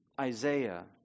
Isaiah